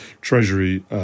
Treasury